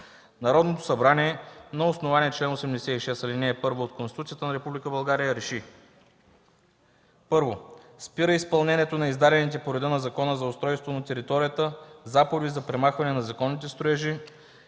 Народното събрание на основание чл. 86, ал. 1 от Конституцията на Република България РЕШИ: 1. Спира изпълнението на издадените по реда на Закона за устройство на територията заповеди за премахване на незаконни строежи,